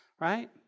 right